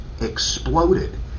exploded